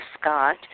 Scott